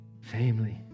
family